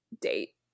date